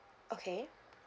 okay